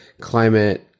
climate